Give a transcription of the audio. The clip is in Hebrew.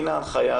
הנה ההנחיה,